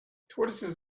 tortoises